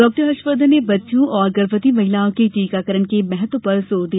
doctor Harshvardhan ने बच्चों और गर्भवती महिलाओं के टीकाकरण के महत्व पर जोर दिया